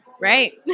Right